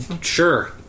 Sure